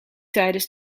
tijdens